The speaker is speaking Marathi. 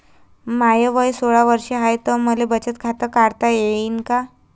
माय वय सोळा वर्ष हाय त मले बचत खात काढता येईन का?